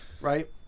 right